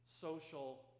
social